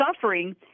suffering